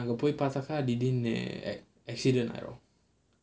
அங்க போய் பார்த்தாக்க திடீர்னு ஆனா:poyi velai senju kaasu anupunga anga poyi paarthaakka thideernu aanaa accident ஆகிரும்:aagirum